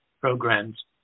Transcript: programs